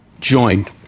Joined